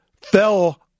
fell